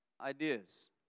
ideas